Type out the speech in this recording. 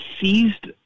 seized